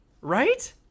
right